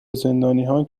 زندانیها